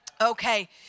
Okay